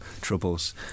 troubles